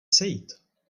sejít